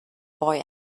boy